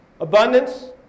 Abundance